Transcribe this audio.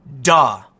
Duh